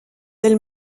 elles